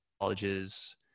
colleges